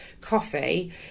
coffee